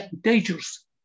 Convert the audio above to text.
dangerous